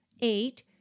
eight